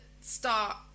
start